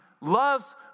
loves